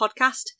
Podcast